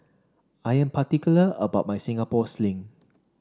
I am particular about my Singapore Sling